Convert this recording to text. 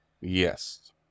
Yes